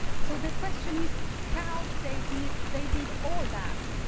so the question is how they did they did all that.